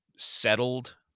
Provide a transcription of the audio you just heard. settled